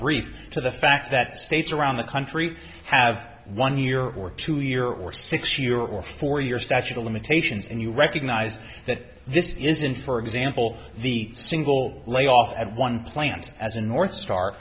brief to the fact that states around the country have one year or two year or six year or for your statute of limitations and you recognize that this isn't for example the single layoff at one plant as a northstar